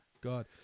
god